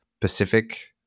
Pacific